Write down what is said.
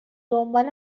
دنبال